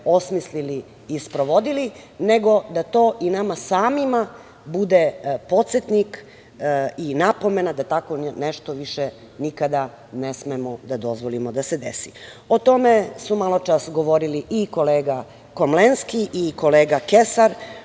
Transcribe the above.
osmislili i sprovodili, nego da to i nama samima bude podsetnik i napomena da tako nešto više nikada ne smemo da dozvolimo da se desi. O tome su maločas govorili i kolega Komlenski i kolega Kesar,